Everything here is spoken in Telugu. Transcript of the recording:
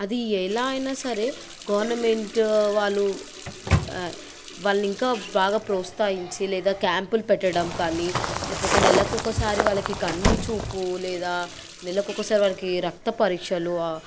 అది ఎలా అయినా సరే గవర్నమెంట్ వాళ్ళు వాళ్ళనింకా బాగా ప్రోత్సహించి లేదా క్యాంపులు పెట్టడం కానీ లేకపోతే నెలకొకసారి వాళ్లకు కండ్లుచూపు లేదా నెలకొకసారి వాళ్ళకి రక్త పరీక్షలు